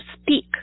speak